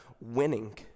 winning